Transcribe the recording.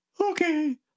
Okay